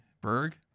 Berg